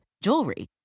jewelry